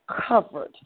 covered